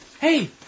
hey